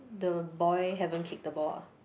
the boy haven't kick the ball ah